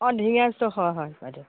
অঁ দিহিঙীয়া ষ্ট'ৰ হয় হয় হয় দিয়ক